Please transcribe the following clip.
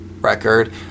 record